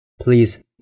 please